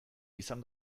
izan